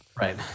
right